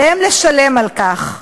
עליהם לשלם על כך.